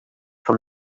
from